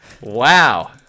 wow